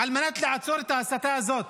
על מנת לעצור את ההסתה הזאת.